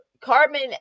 Carmen